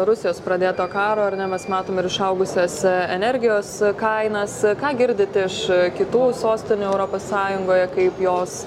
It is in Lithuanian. rusijos pradėto karo ar ne mes matome ir išaugusias energijos kainas ką girdite iš kitų sostinių europos sąjungoje kaip jos